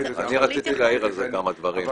רציתי להעיר על זה כמה דברים.